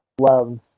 love